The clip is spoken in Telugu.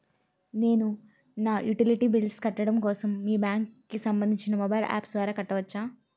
నేను నా యుటిలిటీ బిల్ల్స్ కట్టడం కోసం మీ బ్యాంక్ కి సంబందించిన మొబైల్ అప్స్ ద్వారా కట్టవచ్చా?